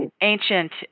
ancient